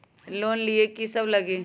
Loan लिए की सब लगी?